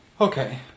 Okay